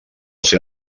ser